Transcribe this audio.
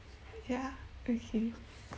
ya okay